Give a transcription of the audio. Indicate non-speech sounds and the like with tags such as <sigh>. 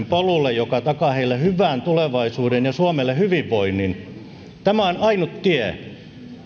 <unintelligible> polulle joka takaa heille hyvän tulevaisuuden ja suomelle hyvinvoinnin tämä on ainut tie